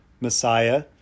messiah